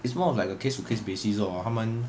it's more of like a case to case basis lor 他们